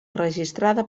registrada